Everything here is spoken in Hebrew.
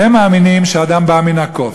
אתם מאמינים שהאדם בא מן הקוף,